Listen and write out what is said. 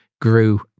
grew